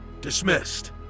Dismissed